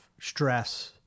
stress